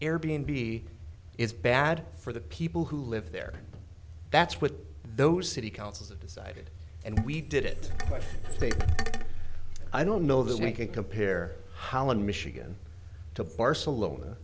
air b n b is bad for the people who live there that's what those city councils decided and we did it but i don't know that we could compare holland michigan to barcelona